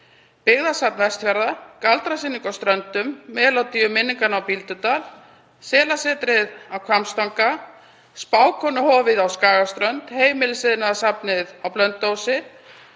Byggðasafn Vestfjarða, Galdrasýningu á Ströndum, Melódíu minninganna á Bíldudal, Selasetrið á Hvammstanga, Spákonuhofið á Skagaströnd, Heimilisiðnaðarsafnið á Blönduósi,